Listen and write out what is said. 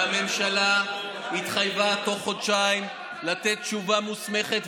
והממשלה התחייבה בתוך חודשיים לתת תשובה מוסמכת.